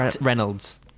Reynolds